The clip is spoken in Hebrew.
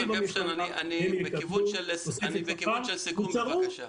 פרופסור גפשטיין אני בכיוון של סיכום בבקשה.